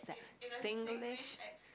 that Singlish